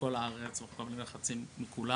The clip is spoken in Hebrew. ומכל הארץ הופעלו לחצים מכולם,